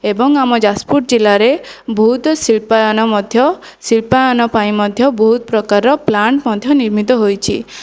ଏବଂ ଆମ ଯାଜପୁର ଜିଲ୍ଲାରେ ବହୁତ ଶିଳ୍ପାୟନ ମଧ୍ୟ ଶିଳ୍ପାୟନ ପାଇଁ ମଧ୍ୟ ବହୁତ ପ୍ରକାରର ପ୍ଳାଣ୍ଟ ମଧ୍ୟ ନିର୍ମିତ ହୋଇଛି